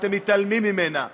ואתם מתעלמים ממנה,